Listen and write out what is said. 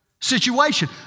situation